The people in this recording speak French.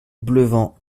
bleunven